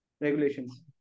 regulations